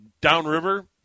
Downriver